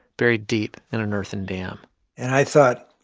buried deep in an earthen dam and i thought,